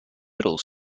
middle